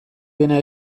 dena